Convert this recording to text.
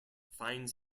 finds